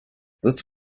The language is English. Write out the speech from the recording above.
this